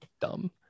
Dumb